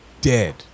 dead